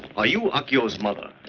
are you akio's mother?